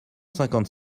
cinquante